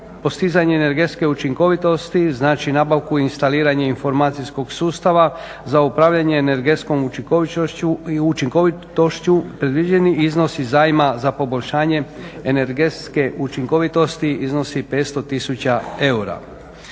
postizanje energetske učinkovitosti znači nabavku i instaliranje informacijskog sustava za upravljanje energetskom učinkovitošću predviđeni iznosi zajma za poboljšanje energetske učinkovitosti iznosi 500 000 eura.